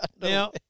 Now